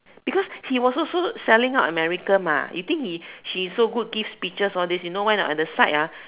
because he was also so selling out America mah you think he he so good give speeches all this you know why anot at the side ah